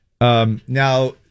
Now